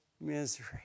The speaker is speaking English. misery